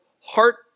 heart